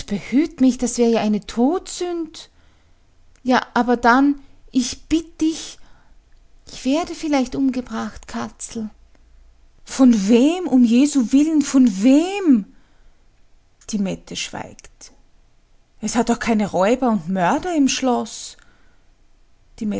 behüt mich das wäre ja eine todsünd ja aber dann i bitt dich ich werde vielleicht umgebracht katzel von wem um jesu willen von wem die mette schweigt es hat doch keine räuber und mörder im schloß